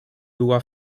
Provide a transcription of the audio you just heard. była